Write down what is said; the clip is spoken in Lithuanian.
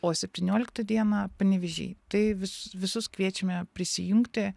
o septynioliktą dieną panevėžy tai vis visus kviečiame prisijungti